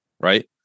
right